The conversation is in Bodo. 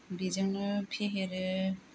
बेजोंनो फेहेरो